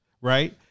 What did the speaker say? right